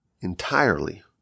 entirely